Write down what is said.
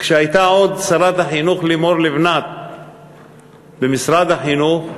כשהייתה עוד שרת החינוך לימור לבנת במשרד החינוך,